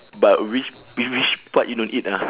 but which which which part you don't eat ah